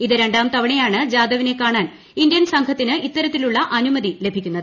ഇത് രണ്ടാം തവണ്യൂർണ്ട് ജാദവിനെ കാണാൻ ഇന്ത്യൻ സംഘത്തിന് ഇത്തരൃത്തിലുള്ള അനുമതി ലഭിക്കുന്നത്